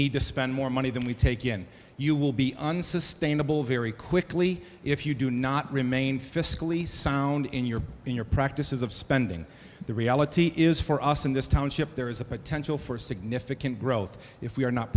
need to spend more money than we take in you will be unsustainable very quickly if you do not remain fiscally sound in your in your practices of spending the reality is for us in this township there is a potential for significant growth if we are not